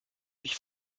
mich